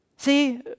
See